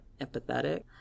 empathetic